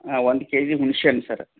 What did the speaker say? ಹಾಂ ಒಂದು ಕೆಜಿ ಹುಣಸೆ ಹಣ್ಣು ಸರ್